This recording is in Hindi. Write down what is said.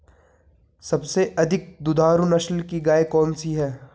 सबसे अधिक दुधारू नस्ल की गाय कौन सी है?